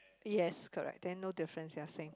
yes correct then no difference they are same